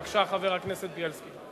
בבקשה, חבר הכנסת בילסקי.